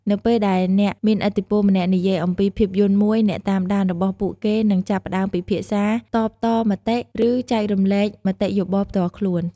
នៅពេលដែលអ្នកមានឥទ្ធិពលម្នាក់និយាយអំពីភាពយន្តមួយ អ្នកតាមដានរបស់ពួកគេនឹងចាប់ផ្ដើមពិភាក្សា តបតមតិ ឬចែករំលែកមតិយោបល់ផ្ទាល់ខ្លួន។